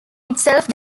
itself